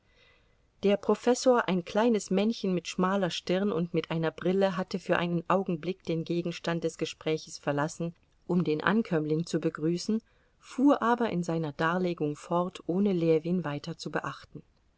der professor ein kleines männchen mit schmaler stirn und mit einer brille hatte für einen augenblick den gegenstand des gespräches verlassen um den ankömmling zu begrüßen fuhr aber in seiner darlegung fort ohne ljewin weiter zu beachten